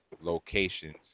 locations